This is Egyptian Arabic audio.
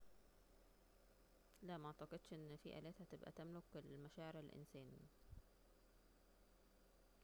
لا معتقدش أن في آلات هتبقى تملك المشاعر الإنسان